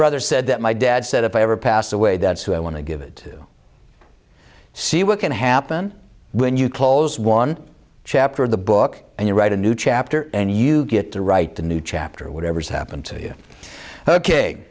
brother said that my dad said if i ever passed away that's who i want to give it to see what can happen when you close one chapter of the book and you write a new chapter and you get to write the new chapter whatever's happened to you ok